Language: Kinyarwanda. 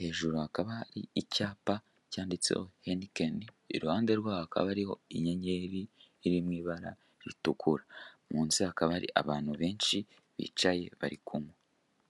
Hejuru hakaba hari icyapa cyanditseho henikeni. Iruhande rwaho hakaba hariho inyenyeri iri mu ibara ritukura. Munsi hakaba hari abantu benshi bicaye barikunywa.